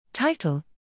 Title